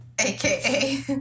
aka